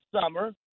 summer